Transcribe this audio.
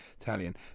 Italian